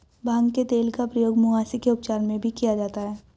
भांग के तेल का प्रयोग मुहासे के उपचार में भी किया जाता है